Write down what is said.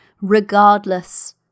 regardless